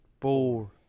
Four